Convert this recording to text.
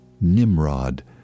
Nimrod